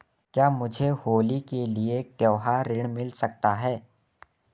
क्या मुझे होली के लिए त्यौहारी ऋण मिल सकता है?